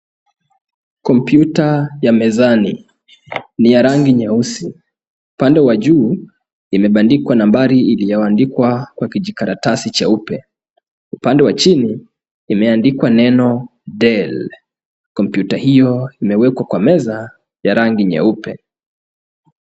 Kompyuta ya mezani ni ya rangi nyeusi. Upande wa juu imebandikwa nambari iliyoandikwa kwa kijikaratasi cheupe. Upande wa chini imeandikwa neno DELL. Kompyuta hiyo imewekwa kwa meza ya rangi nyeupe.